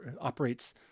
operates